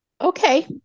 Okay